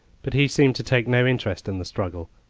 but he seemed to take no interest in the struggle,